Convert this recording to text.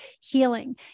healing